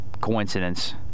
coincidence